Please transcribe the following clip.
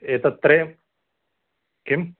एतत् त्रयं किम्